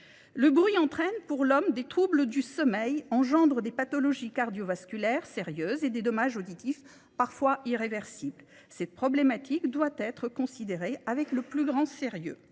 Le bruit entraîne pour l'homme des troubles du sommeil, engendre des pathologies cardiovasculaires sérieuses et des dommages auditifs parfois irréversibles. Ces problématiques doivent être considérées avec le plus grand sérieux.